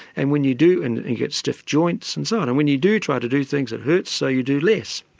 and when you do you and get stiff joints and so on and when you do try to do things it hurts, so you do less.